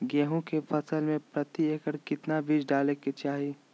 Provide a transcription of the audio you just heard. गेहूं के फसल में प्रति एकड़ कितना बीज डाले के चाहि?